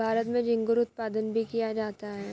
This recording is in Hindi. भारत में झींगुर उत्पादन भी किया जाता है